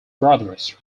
brothers